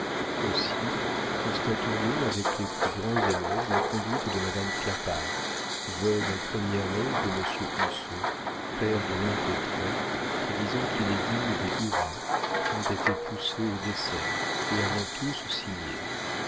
aussi constatons nous avec les plus grands éloges la conduite de madame clapart veuve en premières noces de monsieur husson père de l'impétrant et disons qu'il est digne des hourras qui ont été poussés au dessert et avons tous signé